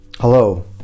Hello